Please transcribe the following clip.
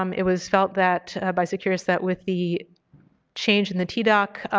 um it was felt that by securus that with the change in the tdoc